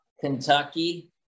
Kentucky